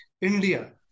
India